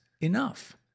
enough